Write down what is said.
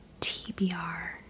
TBR